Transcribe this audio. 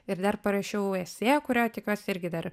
ir dar parašiau esė kurią tikiuosi irgi dar